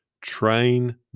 train